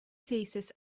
thesis